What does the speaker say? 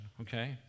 okay